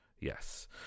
yes